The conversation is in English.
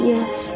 Yes